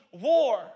war